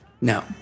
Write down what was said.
No